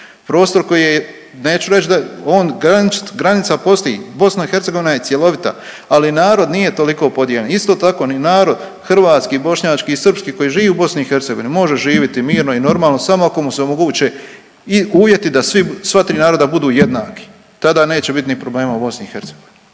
.../Govornik se ne razumije./... granica postoji, BiH je cjelovita, ali narod nije toliko podijeljen. Isto tako ni narod hrvatski, bošnjački i srpski koji živi u BiH može živjeti mirno i normalno, samo ako mu se omoguće i uvjeti da sva tri naroda budu jednaki. Tada neće biti ni problema u Bih.